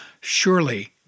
Surely